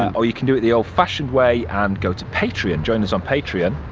um or you can do it the old-fashioned way and go to patreon, join us on patreon.